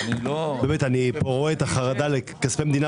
אני רואה את החרדה לכספי המדינה,